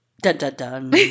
Dun-dun-dun